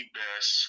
best